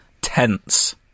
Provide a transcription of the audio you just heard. Tense